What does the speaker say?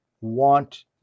want